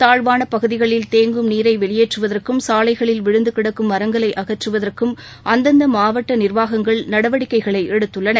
தாழ்வான பகுதிகளில் தேங்கும் நீரை வெளியேற்றுவதற்கும் சாலைகளில் விழுந்து கிடக்கும் மரங்களை அகற்றுவதற்கும் அந்தந்த மாவட்ட நிர்வாகங்கள் நடவடிக்கைகளை எடுத்துள்ளன